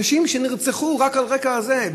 אנשים שנרצחו רק על הרקע הזה,